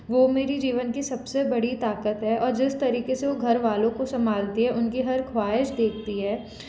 वो मेरी जीवन कि सबसे बड़ी ताकत है और जिस तरीके से वो घर वालो को संभालती है उनकी हर ख्वाहिश देखती है